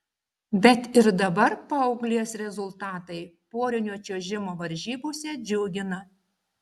bet ir dabar paauglės rezultatai porinio čiuožimo varžybose džiugina